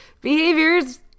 behaviors